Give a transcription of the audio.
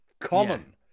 Common